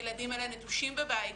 הילדים האלה נטושים בבית,